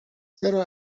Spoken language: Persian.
چرا